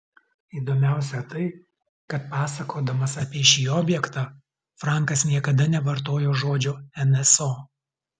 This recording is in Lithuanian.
įdomiausia tai kad pasakodamas apie šį objektą frankas niekada nevartojo žodžio nso